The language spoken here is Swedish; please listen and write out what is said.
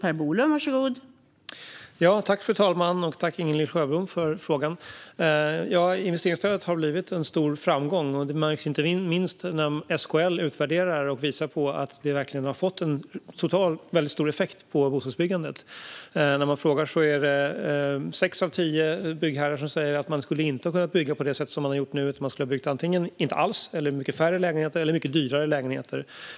Fru talman! Tack, Inga-Lill Sjöblom, för frågan! Investeringsstödet har blivit en stor framgång. Det märks inte minst när SKL utvärderar det och visar att det verkligen har en stor effekt på bostadsbyggandet. När man frågar är det sex av tio byggherrar som säger att man inte skulle ha börjat bygga på det sätt man har gjort nu. Antingen skulle man inte ha byggt alls eller så skulle man ha byggt mycket färre eller dyrare lägenheter.